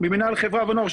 ממינהל חברה ונוער,